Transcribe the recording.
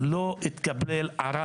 אז אני אומר, התוכנית